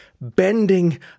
bending